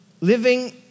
Living